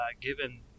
given